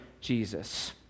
Jesus